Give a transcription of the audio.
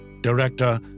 Director